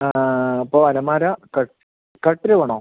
ആ അപ്പോൾ അലമാര കട്ട് കട്ടില് വേണോ